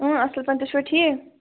اصٕل پٲٹھۍ تُہۍ چھِوا ٹھیٖک